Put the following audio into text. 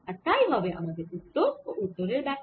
আর তাই হবে আমাদের উত্তর ও উত্তরের ব্যাখ্যা